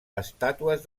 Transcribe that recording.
estàtues